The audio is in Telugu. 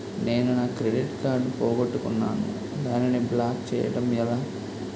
నేను నా క్రెడిట్ కార్డ్ పోగొట్టుకున్నాను దానిని బ్లాక్ చేయడం ఎలా?